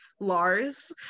Lars